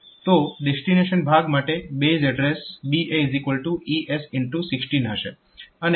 તો ડેસ્ટીનેશન ભાગ માટે બેઝ એડ્રેસ BA x 16 હશે